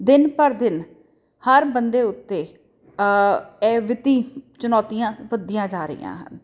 ਦਿਨ ਭਰ ਦਿਨ ਹਰ ਬੰਦੇ ਉੱਤੇ ਇਹ ਵਿੱਤੀ ਚੁਣੌਤੀਆਂ ਵੱਧਦੀਆਂ ਜਾ ਰਹੀਆਂ ਹਨ